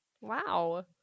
Wow